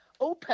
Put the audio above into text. OPEC